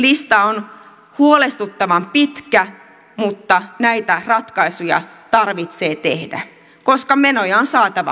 lista on huolestuttavan pitkä mutta näitä ratkaisuja tarvitsee tehdä koska menoja on saatava pienemmäksi